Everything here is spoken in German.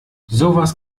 sowas